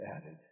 added